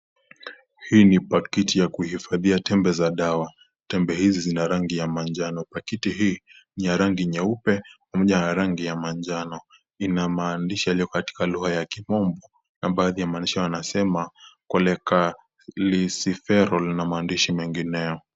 Hii ni pakiti ya kuhifadhia tembe za dawa. Tembe hizi zina rangi ya manjano. Pakiti hii, ni ya rangi nyeupe pamoja na rangi ya manjano. Ina maandishi yaliyo katika lugha ya kimombo na baadhi ya maandishi hayo yanasema Chilecalciferol na maandishi mengineyo.